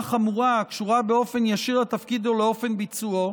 חמורה הקשורה באופן ישיר לתפקיד ולאופן ביצועו,